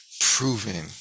proving